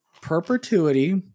perpetuity